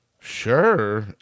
Sure